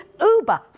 uber